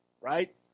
right